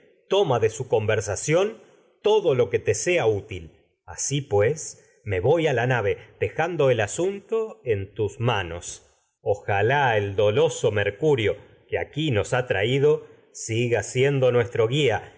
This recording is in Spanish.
toma de su conversa ción todo lo que te sea útil así pues me voy a la nave dejando el asunto en tus manos ojalá el doloso mercu rio que aquí nos ha traído siga siendo nuestro guia